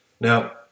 Now